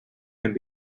and